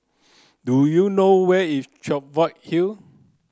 do you know where is Cheviot Hill